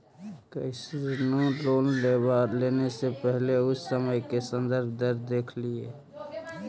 कइसनो लोन लेवे से पहिले उ समय के संदर्भ दर देख लिहऽ